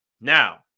now